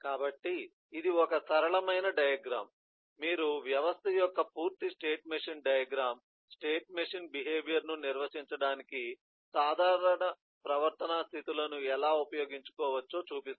కాబట్టి ఇది ఒక సరళమైన డయాగ్రమ్ మీరు వ్యవస్థ యొక్క పూర్తి state machine diagram state machine behaviour ను నిర్వచించడానికి సాధారణ ప్రవర్తనా స్థితులను ఎలా ఉపయోగించవచ్చో చూపిస్తుంది